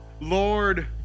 Lord